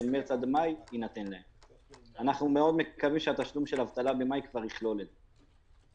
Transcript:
אנחנו מאוד מקווים שהתשלום של האבטלה של מאי כבר יכלול את זה.